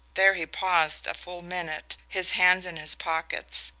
there he paused a full minute, his hands in his pockets,